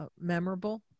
memorable